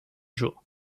jour